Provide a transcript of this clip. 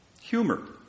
Humor